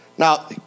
Now